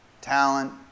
talent